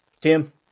Tim